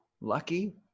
lucky